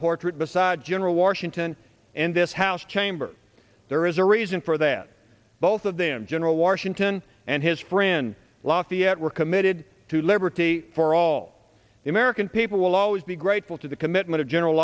portrait beside general washington and this house chamber there is a reason for that both of them general washington and his friend lafayette were committed to liberty for all the american people will always be grateful to the commitment of general